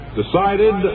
decided